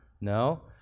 No